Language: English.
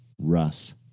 russ